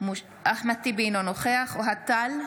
אחמד טיבי, אינו נוכח אוהד טל,